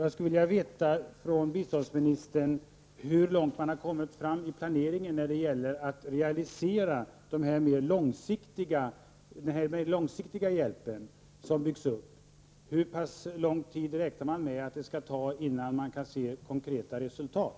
Jag skulle vilja veta hur långt man har kommit i planeringen när det gäller att realisera den långsiktiga hjälp som byggs upp. Hur pass lång tid räknar man med att det skall ta innan man kan se konkreta resultat?